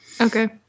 Okay